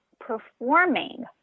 performing